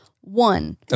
One